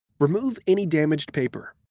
remove any damaged paper.